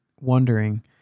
wondering